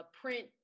print